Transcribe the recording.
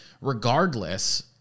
regardless